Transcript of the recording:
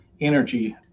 energy